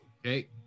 okay